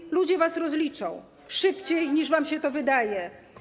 I ludzie was rozliczą szybciej, niż wam się to wydaje.